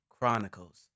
chronicles